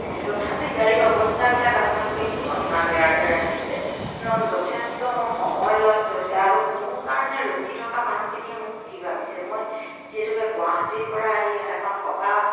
এ তথাপি গাড়ীৰ অৱস্থাবিলাক আপোনালোকে কিয় ইমান বেয়াকৈ ৰাখিছে কাৰণ যথেষ্ট মোৰ সময় ল'ষ্ট হৈছে আৰু মোৰ কাৰণে ৰখি থকা মানুহখিনিয়ে মোক কি ভাবিছে মই যিহেতুকে গুৱাহাটীৰ পৰা আহি ইয়াত এখন সভা